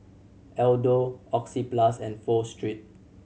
Aldo Oxyplus and Pho Street